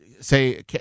Say